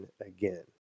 again